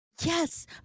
Yes